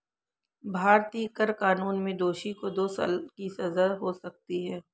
भारतीय कर कानून में दोषी को दो साल की सजा हो सकती है